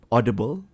Audible